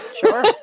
Sure